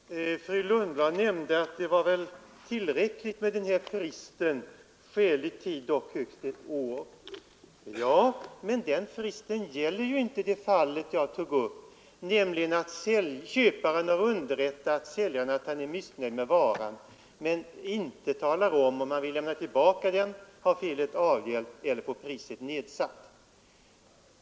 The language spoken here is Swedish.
Herr talman! Fru Lundblad sade att det är tillräckligt med bestämmelsen ”skälig tid ——— dock ej senare än ett år”. Men denna frist gäller inte i det fall jag tog upp, nämligen då köparen har underrättat säljaren att han är missnöjd med varan men inte talar om ifall han vill lämna tillbaka den, ha felet avhjälpt eller få priset nedsatt.